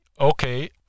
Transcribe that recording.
Okay